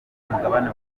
mugabane